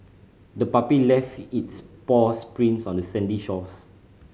the puppy left its paws prints on the sandy shores